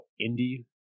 indie